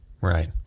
Right